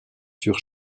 sur